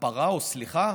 כפרה או סליחה.